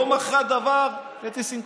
לא מכרה דבר לטיסנקרופ.